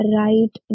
right